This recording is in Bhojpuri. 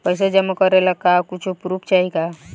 पैसा जमा करे ला कुछु पूर्फ चाहि का?